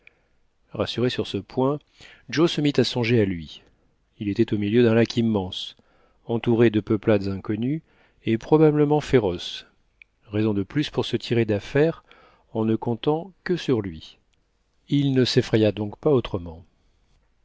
rassuré sur ce point joe se mit à songer à lui il était au milieu d'un lac immense entouré de peuplades inconnues et probablement féroces raison de plus pour se tirer d'affaire en ne comptant que sur lui il ne s'effraya donc pas autrement